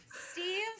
Steve